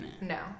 no